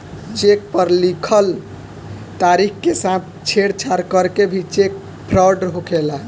check पर लिखल तारीख के साथ छेड़छाड़ करके भी चेक फ्रॉड होखेला